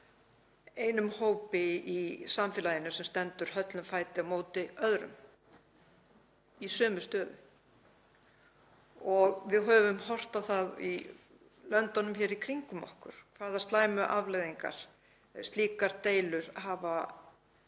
einum hópi í samfélaginu, sem stendur höllum fæti, á móti öðrum í sömu stöðu. Við höfum horft á það í löndunum í kringum okkur hvaða slæmu afleiðingar slíkar deilur hafa